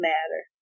Matter